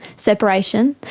separation.